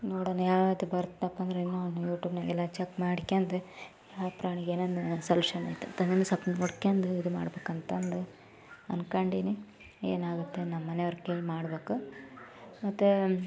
ನೋಡೋಣ ಯಾವ ರೀತಿ ಬರ್ತಪ್ಪಾ ಅಂದ್ರೆ ಇನ್ನೂ ಯೂಟ್ಯೂಬಿನಾಗೆಲ್ಲ ಚೆಕ್ ಮಾಡ್ಕೊಂಡು ಯಾವ ಪ್ರಾಣಿಗೆ ಏನೇನು ಸಲ್ಯೂಶನ್ ಐತಂತ ಒಂದು ಸ್ವಲ್ಪ ನೋಡ್ಕೊಂಡು ಇದ್ಮಾಡ್ಬೇಕಂತಂದು ಅಂದ್ಕೊಂಡೀನಿ ಏನಾಗುತ್ತೊ ನಮ್ಮನೆವ್ರು ಕೇಳಿ ಮಾಡಬೇಕು ಮತ್ತೆ